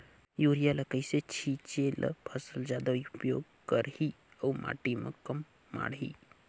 Urea ल कइसे छीचे ल फसल जादा उपयोग करही अउ माटी म कम माढ़ही?